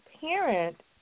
parent